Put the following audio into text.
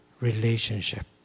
relationship